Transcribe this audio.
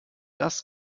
das